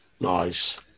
Nice